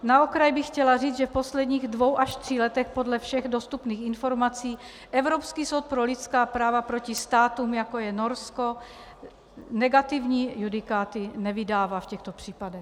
Na okraj bych chtěla říct, že v posledních dvou až třech letech podle všech dostupných informací Evropský soud pro lidská práva proti státům, jako je Norsko, negativní judikáty nevydává v těchto případech.